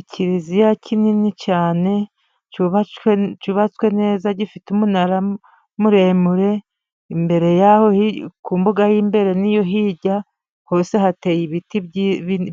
Ikiriziya kinini cyane cyuba cyubatswe neza gifite umunara muremure, imbere y'aho ku mbuga y'imbere no n'iyo hirya hose hateye ibiti